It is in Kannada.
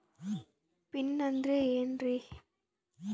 ಪಿನ್ ಅಂದ್ರೆ ಏನ್ರಿ?